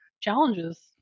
challenges